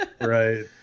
right